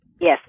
Yes